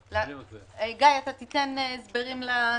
גיא, אתה תיתן הסברים לסעיפים.